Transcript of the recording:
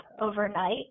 overnight